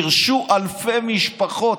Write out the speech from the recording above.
גירשו אלפי משפחות.